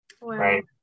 Right